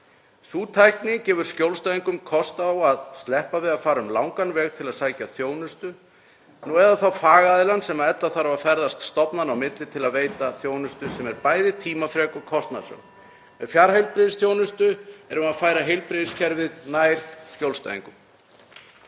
Sú tækni gefur skjólstæðingum kost á að sleppa við að fara um langan veg til að sækja þjónustu, nú eða þá fagaðilanum sem ella þarf að ferðast stofnana á milli til að veita þjónustu sem er bæði tímafrek og kostnaðarsöm. Með fjarheilbrigðisþjónustu erum við að færa heilbrigðiskerfið nær skjólstæðingum.